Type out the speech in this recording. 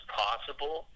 possible